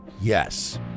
Yes